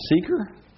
seeker